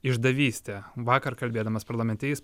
išdavystę vakar kalbėdamas parlamente jis